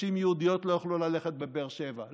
שנשים יהודיות לא יוכלו ללכת בבאר שבע.